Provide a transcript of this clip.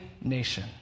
nation